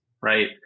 right